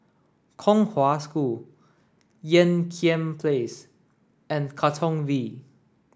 Kong Hwa School Ean Kiam Place and Katong V